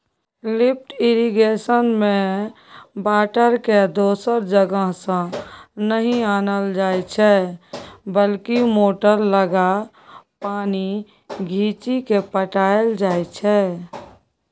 lift इरिगेशनमे बाटरकेँ दोसर जगहसँ नहि आनल जाइ छै बल्कि मोटर लगा पानि घीचि पटाएल जाइ छै